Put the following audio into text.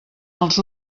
els